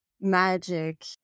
magic